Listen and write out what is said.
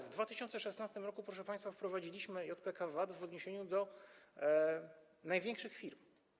W 2016 r., proszę państwa, wprowadziliśmy JPK_VAT w odniesieniu do największych firm.